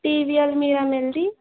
T V ਅਲਮੀਰਾ ਮਿਲਦੀ